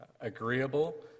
agreeable